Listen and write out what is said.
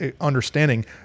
understanding